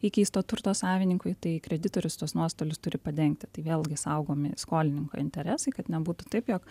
įkeisto turto savininkui tai kreditorius tuos nuostolius turi padengti tai vėlgi saugomi skolininko interesai kad nebūtų taip jog